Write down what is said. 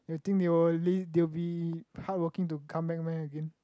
you think they will leave they will be hardworking to come back meh again